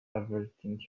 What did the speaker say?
averting